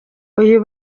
uyu